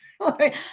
okay